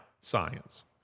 science